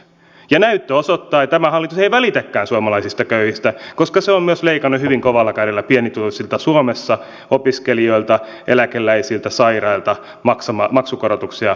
ja näyttö osoittaa että tämä hallitus ei välitäkään suomalaisista köyhistä koska se on myös leikannut hyvin kovalla kädellä pienituloisilta suomessa opiskelijoilta eläkeläisiltä sairailta maksukorotuksia nostamalla